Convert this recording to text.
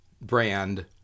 brand